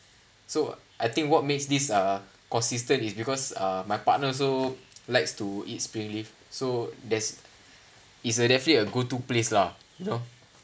so I think what makes this uh consistent is because uh my partner also likes to eat springleaf so that's is definitely a go to place lah you know